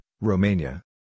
Romania